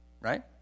right